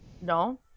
No